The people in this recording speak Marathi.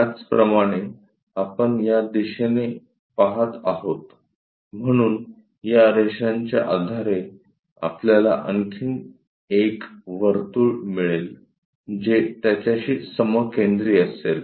त्याचप्रमाणे आपण या दिशेने पहात आहोत म्हणून या रेषांच्या आधारे आपल्याला आणखी एक वर्तुळ मिळेल जे त्याच्याशी समकेंद्री असेल